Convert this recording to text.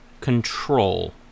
control